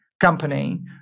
company